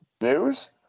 news